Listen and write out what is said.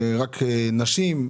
ורק נשים.